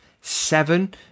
seven